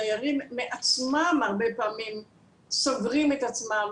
הדיירים מעצמם הרבה פעמים סוגרים את עצמם,